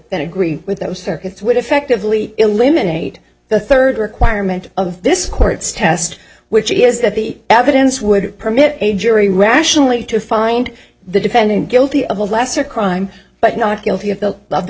than agree with that was circuits would effectively eliminate the third requirement of this court's test which is that the evidence would permit a jury rationally to find the defendant guilty of a lesser crime but not guilty of the above the